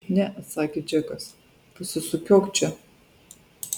ne atsakė džekas pasisukiok čia